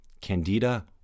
Candida